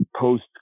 post